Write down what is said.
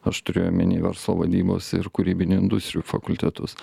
aš turiu omeny verslo vadybos ir kūrybinių industrijų fakultetus